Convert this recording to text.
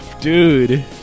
Dude